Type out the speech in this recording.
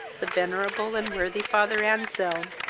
the venerable and worthy father anselm,